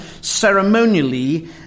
ceremonially